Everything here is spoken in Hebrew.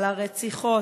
על הרציחות.